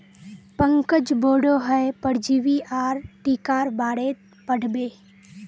पंकज बोडो हय परजीवी आर टीकार बारेत पढ़ बे